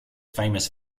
famous